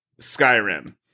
Skyrim